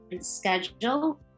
schedule